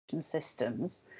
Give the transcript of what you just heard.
systems